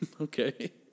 Okay